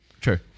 True